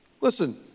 Listen